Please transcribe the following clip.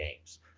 games